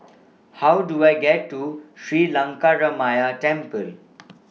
How Do I get to Sri Lankaramaya Temple